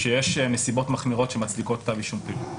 שמדבר על נסיבות מחמירות שמצדיקות כתב אישום פלילי.